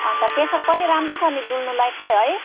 अन्त पेसोक पनि राम्रो छ नि डुल्नु लायककै है